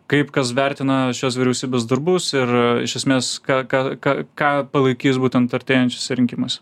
kaip kas vertina šios vyriausybės darbus ir iš esmės ką ką ką ką palaikys būtent artėjančiuose rinkimuose